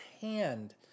hand